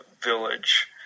village